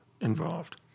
involved